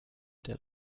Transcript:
der